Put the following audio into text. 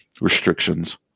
restrictions